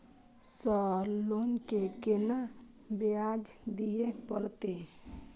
Sir loan के केना ब्याज दीये परतें?